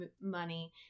money